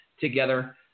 together